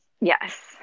Yes